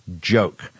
joke